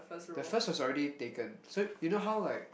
the first was already taken so you know how like